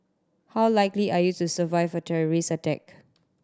how likely are you to survive a terrorist attack